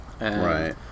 Right